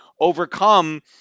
overcome